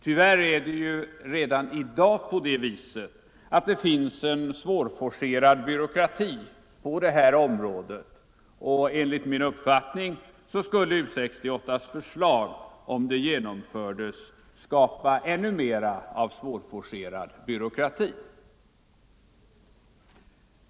Tyvärr finns det ju redan i dag en svårforcerad byråkrati på det här området, och enligt min uppfattning skulle U 68:s förslag, om det genomfördes, skapa ännu mera av svårforcerad byråkrati.